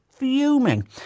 Fuming